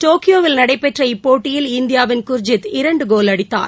டோக்கியோவில் நடைபெற்றஇப்போட்டியில் இந்தியாவின் குர்ஜித் இரண்டு கோல் அடித்தார்